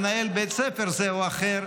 מנהל בית ספר זה או אחר,